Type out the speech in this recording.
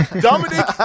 Dominic